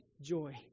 joy